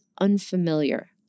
unfamiliar